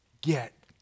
get